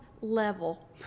level